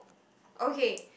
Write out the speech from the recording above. okay